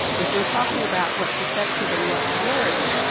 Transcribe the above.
if we're talking about what's effective and what works,